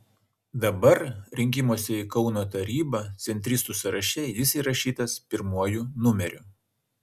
dabar rinkimuose į kauno tarybą centristų sąraše jis įrašytas pirmuoju numeriu